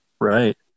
Right